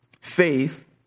faith